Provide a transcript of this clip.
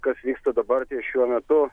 kas vyksta dabar šiuo metu